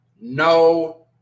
No